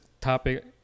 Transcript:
topic